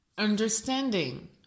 Understanding